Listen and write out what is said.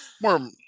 More